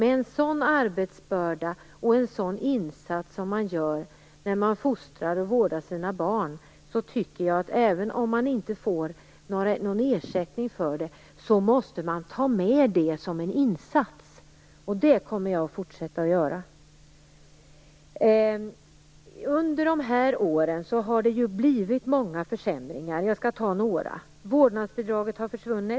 Den arbetsbörda man har och den arbetsinsats man gör när man fostrar och vårdar sina barn måste, tycker jag, tas med som en insats även om man inte får någon ersättning för det. Det kommer jag att fortsätta att göra. Under de här åren har det blivit många försämringar. Jag skall nämna några. Vårdnadsbidraget har försvunnit.